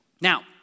Now